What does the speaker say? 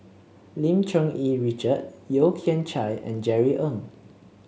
Lim Cherng Yih Richard Yeo Kian Chye and Jerry Ng